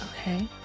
Okay